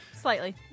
Slightly